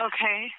Okay